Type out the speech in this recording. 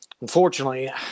unfortunately